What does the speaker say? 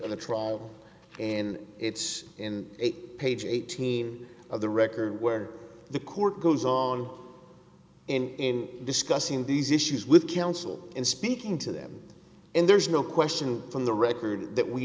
the trial and it's in page eighteen of the record where the court goes on in discussing these issues with counsel and speaking to them and there's no question on the record that we